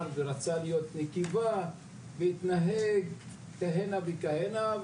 ורצה להיות נקבה והתנהג כהנה וכהנה,